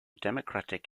democratic